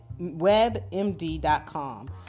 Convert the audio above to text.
WebMD.com